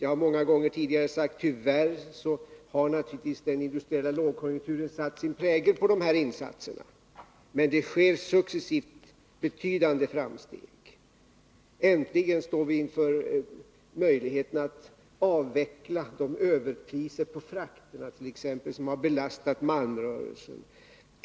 Jag har många gånger sagt att tyvärr har naturligtvis den industriella lågkonjunkturen satt sin prägel på dessa insatser, men det sker successivt betydande framsteg. Äntligen står vi inför möjligheten att avveckla de överpriser på frakterna som belastat malmrörelsen.